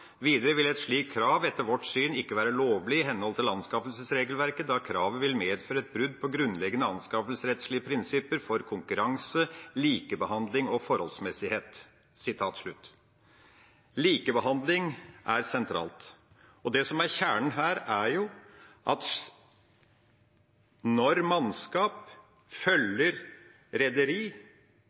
vil et slikt krav etter vårt syn ikke være lovlig i henhold til anskaffelsesregelverket, da kravet vil medføre et brudd på grunnleggende anskaffelsesrettslige prinsipper om konkurranse, likebehandling og forholdsmessighet.» Likebehandling er sentralt. Det som er kjernen her, er at når mannskap følger rederi,